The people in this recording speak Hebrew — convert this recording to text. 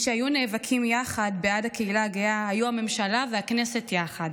מי שהיו נאבקים יחד בעד הקהילה הגאה היו הממשלה והכנסת יחד.